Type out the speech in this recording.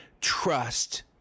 trust